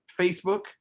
Facebook